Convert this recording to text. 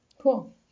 Cool